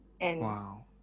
Wow